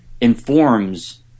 informs